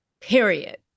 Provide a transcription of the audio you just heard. Period